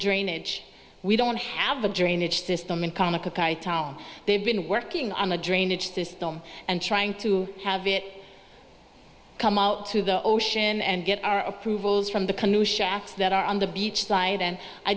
drainage we don't have the drainage system in comic i town they've been working on a drainage system and trying to have it come out to the ocean and get our approvals from the canoe shafts that are on the beach side and i